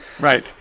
right